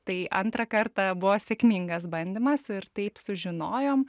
tai antrą kartą buvo sėkmingas bandymas ir taip sužinojom